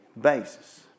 basis